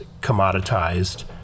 commoditized